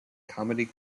comedy